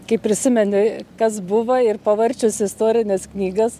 kai prisimeni kas buvo ir pavarčius istorines knygas